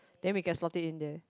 then we can slot it in there